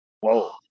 Whoa